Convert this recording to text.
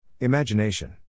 Imagination